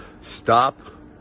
Stop